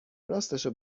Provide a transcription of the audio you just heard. راستشو